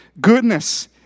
Goodness